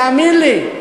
תאמין לי.